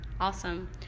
Awesome